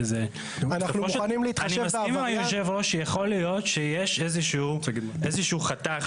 אני מסכים עם היושב-ראש שיכול להיות שיש איזשהו חתך